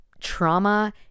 trauma